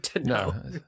No